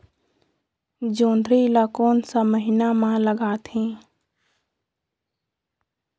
जोंदरी ला कोन सा महीन मां लगथे?